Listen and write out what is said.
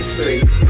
safe